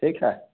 ठीक है